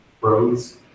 roads